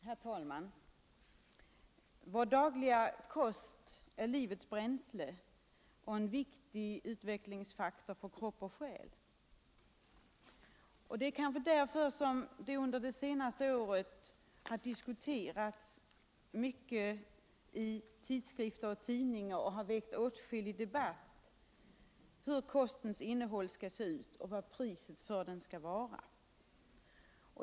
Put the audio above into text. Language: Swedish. Herr talman! Vår dagliga kost är livets bränsle och en viktig utvecklingsfaktor för kropp och själ. Det är kanske därför som det under senaste året har diskuterats mycket i tidskrifter och tidningar och har väckt åtskillig debatt hur kostens innehåll skall se ut och vad priset för den skall vara.